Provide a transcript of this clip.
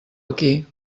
aquí